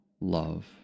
love